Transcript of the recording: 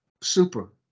super